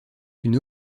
une